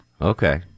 Okay